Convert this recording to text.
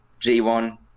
G1